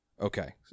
Okay